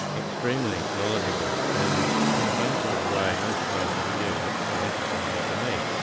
extremely knowledgeable, and in a funny sort of way, unsurprising to you but quite interestingly to me,